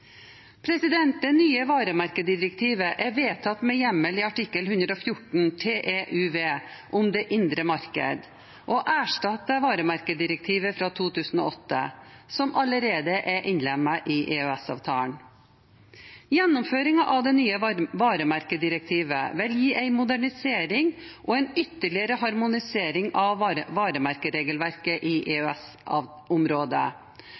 Det nye varemerkedirektivet er vedtatt med hjemmel i artikkel 114 TEUV om det indre marked, og erstatter varemerkedirektivet fra 2008, som allerede er innlemmet i EØS-avtalen. Gjennomføringen av det nye varemerkedirektivet vil gi en modernisering og en ytterligere harmonisering av varemerkeregelverket i